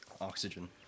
Oxygen